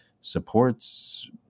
supports